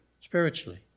spiritually